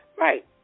Right